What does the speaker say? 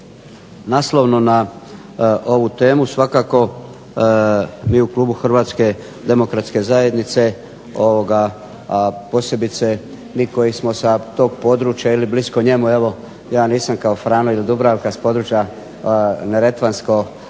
naslovno na ovu temu svakako mi u Klubu HDZ-a a posebice mi koji smo sa tog područja ili blisko njemu evo ja nisam kao Frano ili Dubravka s područja Neretvansko-dubrovačke